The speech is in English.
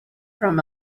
from